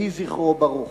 יהי זכרו ברוך.